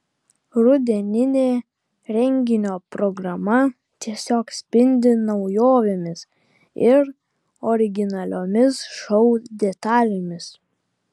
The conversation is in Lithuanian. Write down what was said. rudeninė renginio programa tiesiog spindi naujovėmis ir originaliomis šou detalėmis